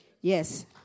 Yes